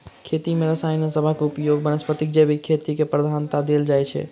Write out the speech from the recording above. खेती मे रसायन सबहक उपयोगक बनस्पैत जैविक खेती केँ प्रधानता देल जाइ छै